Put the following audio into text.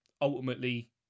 ultimately